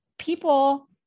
people